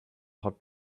hot